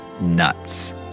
nuts